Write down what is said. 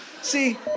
See